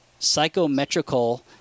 psychometrical